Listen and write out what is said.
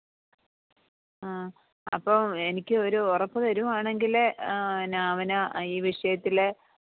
ആ അപ്പം എനിക്ക് ഒരു ഉറപ്പ് തരുവാണെങ്കിൽ എന്നാൽ അവൻ ഈ വിഷയത്തിൽ